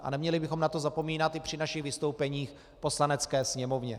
A neměli bychom na to zapomínat i při svých vystoupeních v Poslanecké sněmovně.